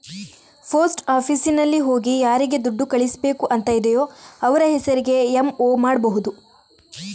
post ಆಫೀಸಿನಲ್ಲಿ ಹೋಗಿ ಯಾರಿಗೆ ದುಡ್ಡು ಕಳಿಸ್ಬೇಕು ಅಂತ ಇದೆಯೋ ಅವ್ರ ಹೆಸರಿಗೆ ಎಂ.ಒ ಮಾಡ್ಬಹುದು